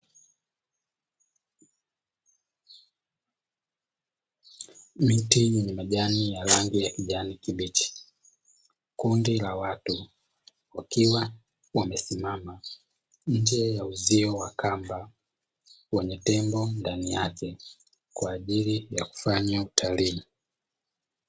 Miti yenye majani ya rangi ya kijani kibichi, kundi la watu wakiwa wamesimama nje ya uzio wa kamba wenye tembo ndani yake, kwa ajili ya kufanya utalii.